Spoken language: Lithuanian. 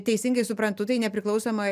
teisingai suprantu tai nepriklausomoj